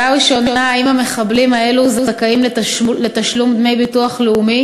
רצוני לשאול: 1. האם המחבלים האלה זכאים לתשלום דמי ביטוח לאומי